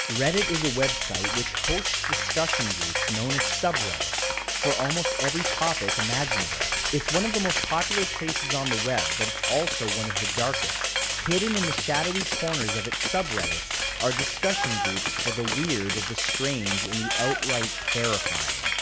reddit is a website which hosts discussion groups known as subreddits for almost every topic imaginable. it's one of the most popular places on the web, but it's also one of the darkest. hidden in the shadowy corners of its subreddits are discussion groups for the weird, and the strange, and the outright terrifying,